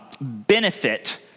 benefit